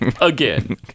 again